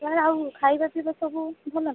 ସେଆଡ଼େ ଆଉ ଖାଇବା ପିଇବା ସବୁ ଭଲ ନା